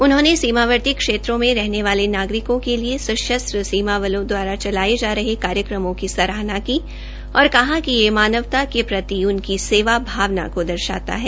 उन्होंने सीमावर्ती क्षेत्रों में रहने वले नागरिकों के लिए सशस्त्र सीमा बलों दवारा चलाये जा रहे अभियानों की सराहना की और कहा कि ये मानवता के प्रति उनकी सेवा भावना को दर्शाता है